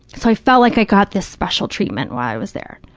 so i felt like i got this special treatment while i was there.